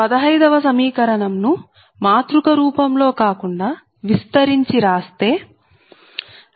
15 వ సమీకరణం ను మాతృక రూపంలో కాకుండా విస్తరించి రాస్తే V1Z11I1Z12I2Z1nInV2Z21I1Z22I2Z2nInV3Z31I1Z32I2Z3nIn